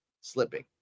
slipping